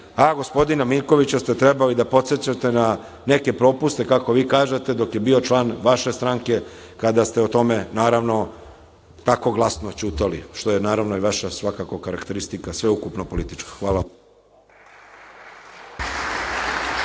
Gospodina Miljkovića ste trebali da podsećate na neke propuste, kako vi kažete, dok je bio član vaše stranke, kada ste o tome, naravno, tako glasno ćutali, što je naravno vaša svakako karakteristika, sveukupno politička. Hvala.